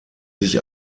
sich